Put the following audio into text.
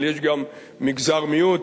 אבל יש גם מגזר מיעוט.